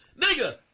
nigga